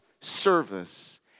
service